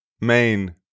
main